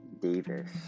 Davis